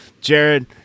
Jared